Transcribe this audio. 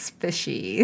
fishy